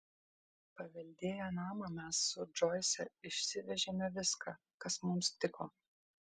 paveldėję namą mes su džoise išsivežėme viską kas mums tiko